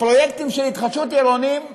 הפרויקטים של התחדשות עירונית,